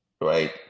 right